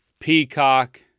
Peacock